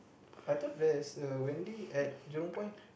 I thought that's a Wendy's at Jurong Point